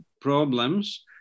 problems